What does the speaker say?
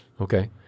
Okay